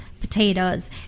potatoes